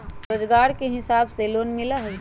रोजगार के हिसाब से लोन मिलहई?